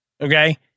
Okay